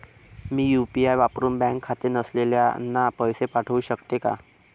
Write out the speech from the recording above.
मी UPI वापरुन bank खाते नसलेल्यांना पैसे पाठवू शकते का?